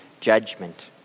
judgment